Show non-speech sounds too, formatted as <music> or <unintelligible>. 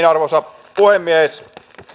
<unintelligible> arvoisa puhemies